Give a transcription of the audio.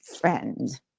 friend